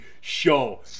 show